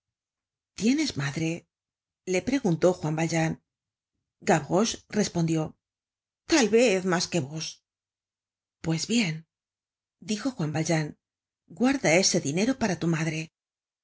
tienes madre le preguntó juan valjean gavroche respondió tal vez mas que vos pues bien dijo juan valjean guarda ese dinero para tu madre